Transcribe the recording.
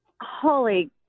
Holy